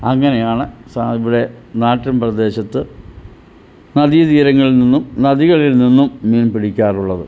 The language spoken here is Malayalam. അങ്ങനെയാണ് ഇവിടെ നാട്ടിൻ പ്രദേശത്ത് നദീ തീരങ്ങളിൽ നിന്നും നദികളിൽ നിന്നും മീൻ പിടിക്കാറുള്ളത്